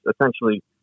essentially